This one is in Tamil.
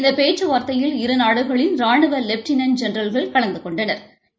இந்த பேச்சுவார்த்தையில் இரு நாடுகளின் ராணுவத்தின் லெப்டினென்ட் ஜெனரல்கள் கலந்து கொண்டனா்